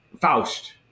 Faust